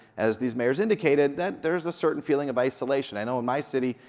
as these mayors indicated, that there's a certain feeling of isolation. i know in my city,